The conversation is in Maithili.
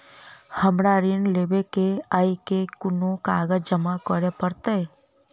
हमरा ऋण लेबै केँ अई केँ कुन कागज जमा करे पड़तै?